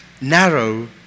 Narrow